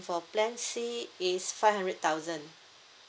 for plan C is five hundred thousand